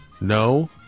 No